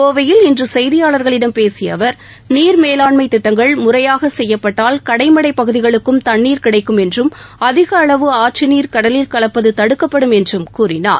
கோவையில் இன்று செய்தியாளர்களிடம் பேசிய அவர் நீர் மேலாண்மை திட்டங்கள் முறையாக செய்யப்பட்டால் கடைமடை பகுதிகளுக்கும் தண்ணீர் கிடைக்கும் என்றும் அதிக அளவு ஆற்று நீர் கடலில் கலப்பது தடுக்கப்படும் என்றும் கூறினார்